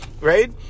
right